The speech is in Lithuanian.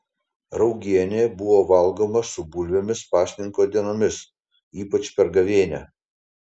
raugienė buvo valgoma su bulvėmis pasninko dienomis ypač per gavėnią